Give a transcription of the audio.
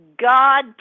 God